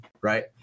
right